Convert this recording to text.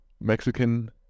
Mexican